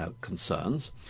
concerns